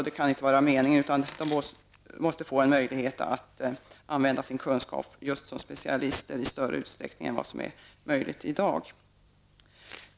Det kan inte vara meningen, utan de måste få en möjlighet att använda sina kunskaper just som specialister i mycket större utsträckning än vad som är möjligt i dag.